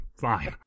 fine